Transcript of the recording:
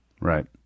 Right